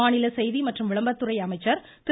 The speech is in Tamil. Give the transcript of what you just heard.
மாநில செய்தி மற்றும் விளம்பரத்துறை அமைச்சர் திரு